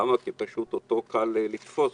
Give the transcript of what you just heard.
כי אותו קל "לתפוס".